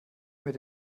mit